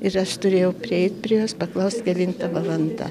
ir aš turėjau prieit prie jos paklaust kelinta valanda